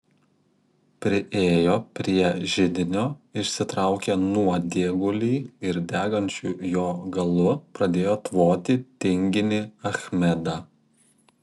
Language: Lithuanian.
priėjo prie židinio išsitraukė nuodėgulį ir degančiu jo galu pradėjo tvoti tinginį achmedą